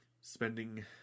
spending